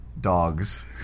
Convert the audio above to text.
dogs